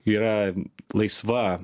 yra laisva